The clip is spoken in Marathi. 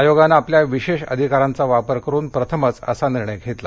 आयोगानं आपल्या विशेष अधिकारांचा वापर करुन प्रथमच असा निर्णय घेतला